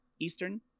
Eastern